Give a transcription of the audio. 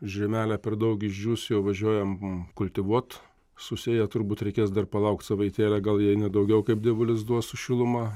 žemelė per daug išdžius jau važiuojam kultivuot su sėja turbūt reikės dar palauk savaitėlę gal jei ne daugiau kaip dievulis duos su šiluma